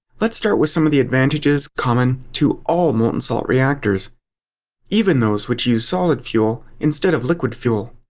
let's start with some of the advantages common to all molten salt reactors even those which use solid fuel instead of liquid fuel.